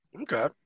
Okay